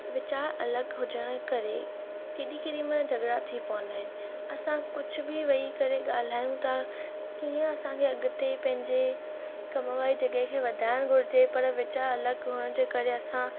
वीचार अलॻि हुअणु जे करे केॾी केॾी माल्हि झगि॒ड़ा थी पवंदा आहिनि असां कुझु बि वेहि करे ॻाल्हायूं था कीअं असां खे अॻिते पंहिंजे कमु वारी जग॒हि खे वधाइणु घुरिजे पर वीचार अलॻि हुअणु जे करे असां